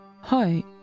Hi